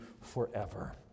forever